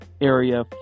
area